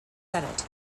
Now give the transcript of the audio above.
senate